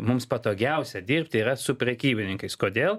mums patogiausia dirbti yra su prekybininkais kodėl